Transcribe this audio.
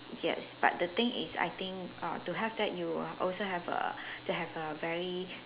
yes but the thing is I think err to have that you are also have a to have a very